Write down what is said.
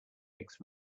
makes